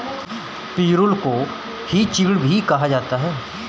पिरुल को ही चीड़ भी कहा जाता है